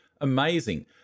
Amazing